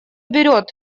берет